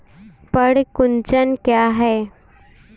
पर्ण कुंचन क्या है?